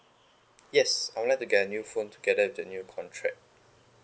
yes I would like to get a new phone together with the new contract